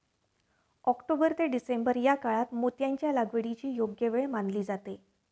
October ते December या काळात मोत्यांच्या लागवडीची योग्य वेळ मानली जाते